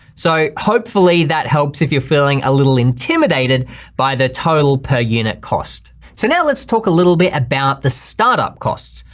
so hopefully that helps if you're feeling a little intimidated by the total per unit cost. so now let's talk a little bit about the startup costs.